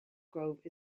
grove